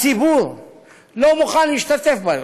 הציבור לא מוכן להשתתף בה יותר.